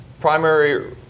primary